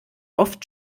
oft